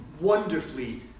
wonderfully